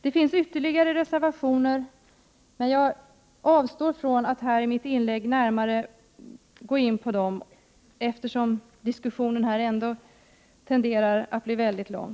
Det finns ytterligare reservationer, men jag avstår från att här i mitt inlägg närmare gå in på dem. Diskussionen tenderar ändå att bli mycket lång.